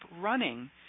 running